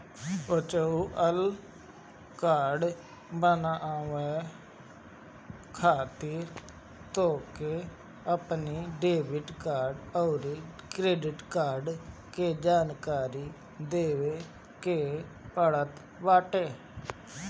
virtual card बनवावे खातिर तोहके अपनी डेबिट अउरी क्रेडिट कार्ड के जानकारी देवे के पड़त बाटे